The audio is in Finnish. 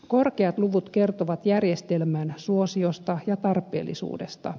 korkeat luvut kertovat järjestelmän suosiosta ja tarpeellisuudesta